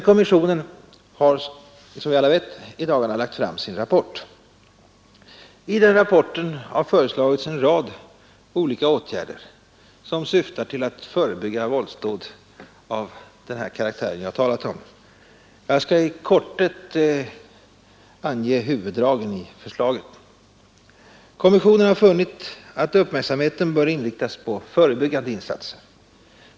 Kommissionen har i dagarna lagt fram sin rapport. I denna har föreslagits en rad olika åtgärder i syfte att förebygga våldsdåd av ifrågavarande karaktär. Jag skall här i korthet redogöra för huvuddragen i förslaget. Kommissionen har funnit att uppmärksamheten bör inriktas på brottsförebyggande insatser.